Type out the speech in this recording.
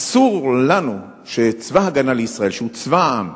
אסור לנו שצבא-הגנה לישראל, שהוא צבא העם,